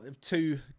two